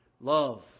Love